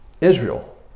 Israel